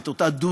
את אותה "דודא",